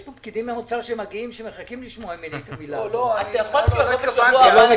יש פקידים מהאוצר שמגיעים ומחכים לשמוע ממני את המילה הזאת ולא מקבלים.